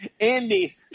Andy